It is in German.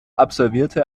absolvierte